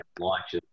launches